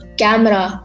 camera